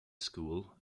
school